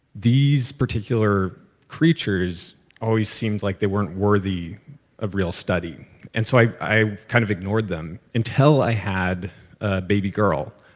these particular creatures always seemed like they weren't worthy of real study and so i i kind of ignored them until i had a baby girl,